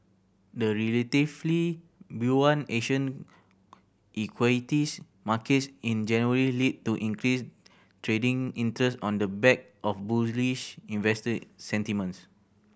the relatively buoyant Asian equities markets in January led to increased trading interest on the back of bullish investor sentiments